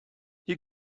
you